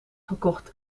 gekocht